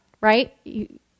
right